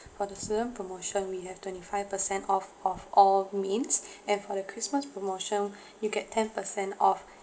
for the student promotion we have twenty-five percent off of all mains and for the christmas promotion you get ten percent off